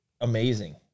amazing